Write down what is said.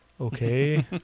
okay